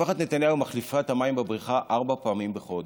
משפחת נתניהו מחליפה את המים בבריכה ארבע פעמים בחודש.